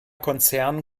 konzern